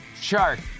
shark